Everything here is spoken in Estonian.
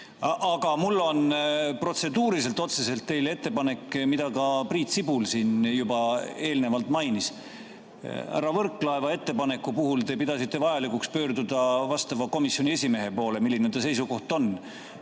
Aga mul on protseduuriliselt otseselt teile ettepanek, mida ka Priit Sibul siin juba eelnevalt mainis. Härra Võrklaeva ettepaneku puhul te pidasite vajalikuks pöörduda vastava komisjoni esimehe poole, milline ta seisukoht on,